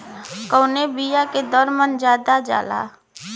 कवने बिया के दर मन ज्यादा जाला?